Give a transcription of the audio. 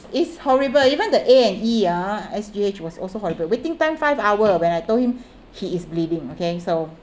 it's horrible even the A and E ah S_G_H was also horrible waiting time five hour when I told him he is bleeding okay so